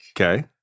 Okay